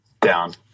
Down